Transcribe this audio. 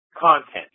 content